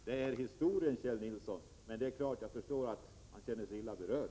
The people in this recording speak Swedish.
Detta är historien, Kjell Nilsson: jag förstår att ni känner er illa berörd.